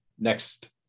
next